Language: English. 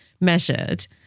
measured